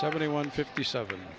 seventy one fifty seven